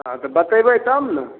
हँ तऽ बतेबै तब ने